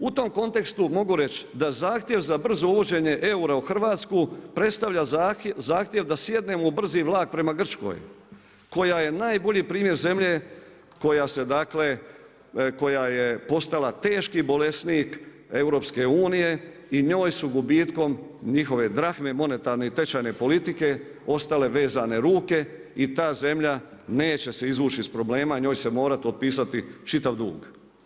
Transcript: U tom kontekstu mogu reć da zahtjev za brzo uvođenje eura u Hrvatsku, predstavlja zahtjev da sjednemo u brzi vlak prema Grčkoj koja je najbolji primjer zemlje koja je postala teški bolesnik EU-a i njoj su gubitkom njihove drahme, monetarne i tečajne politike, ostale vezane ruke i ta zemlja neće se izvući iz problema, njoj se mora otpisati čitav dug.